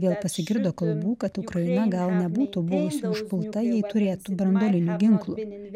vėl pasigirdo kalbų kad ukraina gal nebūtų buvusi užpulta jei turėtų branduolinių ginklų